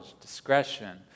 discretion